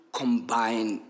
combine